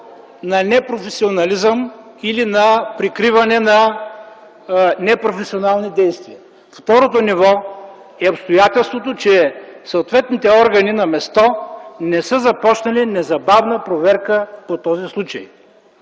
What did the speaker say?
на непрофесионализъм или прикриване на непрофесионални действия. Второто ниво е обстоятелството, че съответните органи на място не са започнали незабавна проверка по този случай.